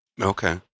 Okay